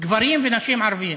גברים ונשים ערבים,